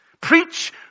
Preach